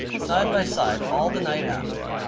side by side all the night after.